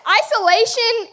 isolation